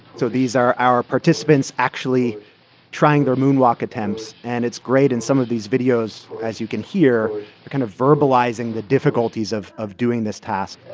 so these are our participants actually trying their moonwalk attempts. and it's great. in some of these videos, as you can hear, they're kind of verbalizing the difficulties of of doing this task